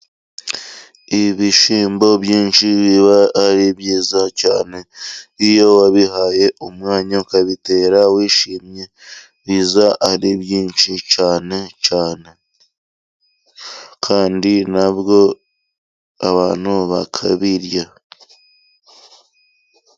Ibishyimbo byinshi biba ari byiza cyane. Iyo wabihaye umwanya ukabitera wishimye， biza ari byinshi cyane cyane，kandi nabwo abantu bakabirya.